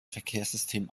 verkehrssystem